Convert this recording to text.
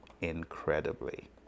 incredibly